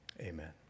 Amen